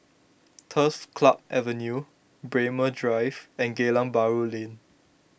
Turf Club Avenue Braemar Drive and Geylang Bahru Lane